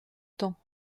temps